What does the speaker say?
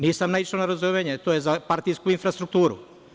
Nisam naišao na razumevanje, to je za partijsku infrastrukturu.